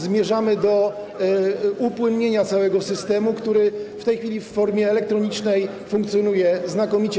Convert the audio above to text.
Zmierzamy do upłynnienia całego systemu, który w tej chwili w formie elektronicznej funkcjonuje znakomicie.